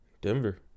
Denver